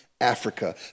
Africa